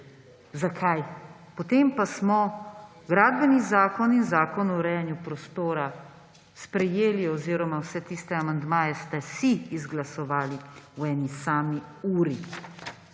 Zakaj? Potem pa smo Gradbeni zakon in Zakon o urejanju prostora sprejeli oziroma vse tiste amandmaje ste si izglasovali v eni sami uri.